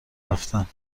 رفتن